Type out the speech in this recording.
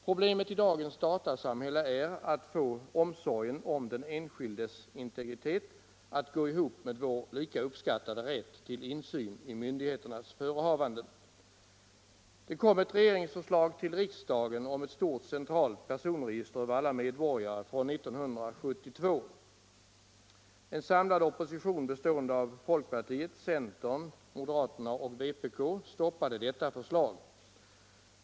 Problemet i dagens datasamhälle är att få omsorgen om den enskildes integritet att gå ihop med vår lika uppskattade rätt till insyn i myndigheternas förehavanden. Det kom ett regeringsförslag till riksdagen om ett stort centralt personregister över alla medborgare år 1972. En samlad opposition bestående av folkpartiet, centern, moderata samlingspartiet och vänsterpartiet kommunisterna stoppade detta förslag.